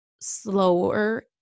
slower